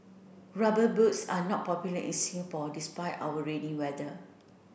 rubber boots are not popular in Singapore despite our rainy weather